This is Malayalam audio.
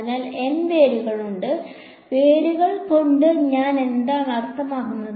അതിനാൽ N വേരുകൾ ഉണ്ട് വേരുകൾ കൊണ്ട് ഞാൻ എന്താണ് അർത്ഥമാക്കുന്നത്